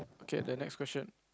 okay the next question